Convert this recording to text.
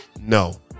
no